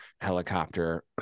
helicopter